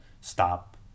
stop